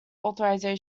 authoritarian